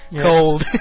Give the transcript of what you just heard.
Cold